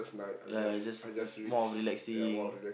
ya just m~ more of relaxing